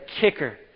kicker